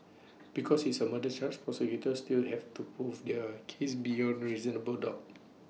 because is A murder charge prosecutors still have to prove their case beyond reasonable doubt